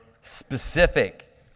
specific